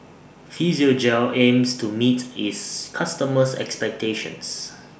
Physiogel aims to meet its customers' expectations